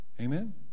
Amen